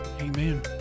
Amen